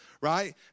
right